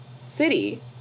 city